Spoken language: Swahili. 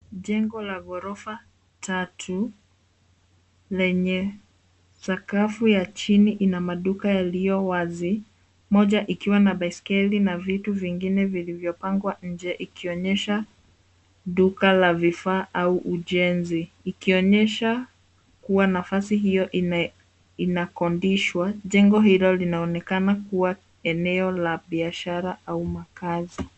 Jengo la ghorofa tatu, lenye sakafu ya chini ina maduka yaliyo wazi, moja ikiwa na baiskeli na vitu vingine vilivyopangwa nje, ikionyesha duka la vifaa au ujenzi. Ikionyesha kuwa nafasi hiyo inakodishwa. Jengo hilo linaonekana kuwa eneo la biashara au makazi.